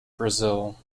brazil